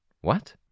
What